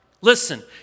Listen